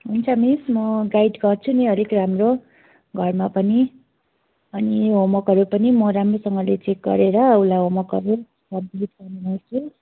हुन्छ मिस म गाइड गर्छु नि अलिक राम्रो घरमा पनि अनि होमवर्कहरू पनि म राम्रोसँगले चेक गरेर उसलाई होमवर्कहरू गराउँछु